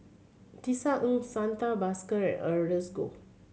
Tisa Ng Santha Bhaskar and Ernest Goh